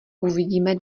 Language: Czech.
uvidíme